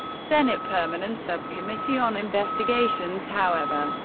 senate permanent subcommittee on investigations, however,